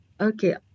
Okay